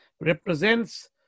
represents